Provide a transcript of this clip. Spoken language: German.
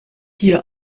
hier